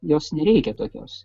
jos nereikia tokios